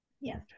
yes